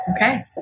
Okay